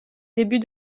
début